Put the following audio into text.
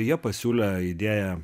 jie pasiūlė idėją